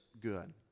good